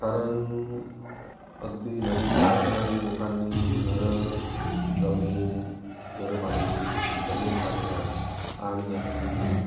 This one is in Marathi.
कारण अगदी नदीच्या किनारी लोकांनी घरं जमीन घरं बांधली जमीन काढल्यात आणि आपली